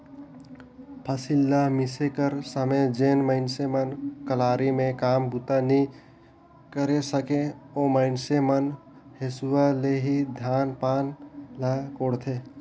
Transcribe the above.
फसिल ल मिसे कर समे जेन मइनसे मन कलारी मे काम बूता नी करे सके, ओ मइनसे मन हेसुवा ले ही धान पान ल कोड़थे